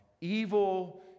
evil